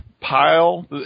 Pile